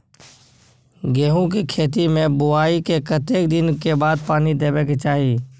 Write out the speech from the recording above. गेहूँ के खेती मे बुआई के कतेक दिन के बाद पानी देबै के चाही?